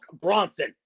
Bronson